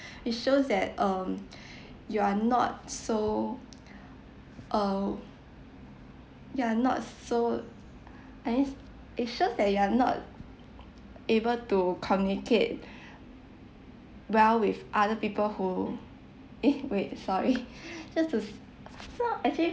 it shows that um you are not so uh yeah not so that means it shows that you are not able to communicate well with other people who eh wait sorry just to s~ actually